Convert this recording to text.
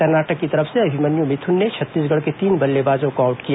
कर्नाटक की तरफ से अभिमन्यू मिथून ने छत्तीसगढ़ के तीन बल्लेबाजों को आउट किया